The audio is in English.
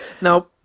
Now